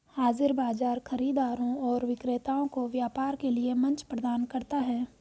हाज़िर बाजार खरीदारों और विक्रेताओं को व्यापार के लिए मंच प्रदान करता है